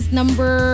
number